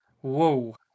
Whoa